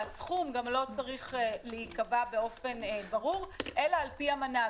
והסכום לא צריך להיקבע באופן ברור אלא על פי המנה.